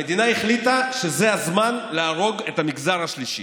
המדינה החליטה שזה הזמן להרוג את המגזר השלישי,